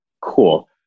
Cool